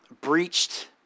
breached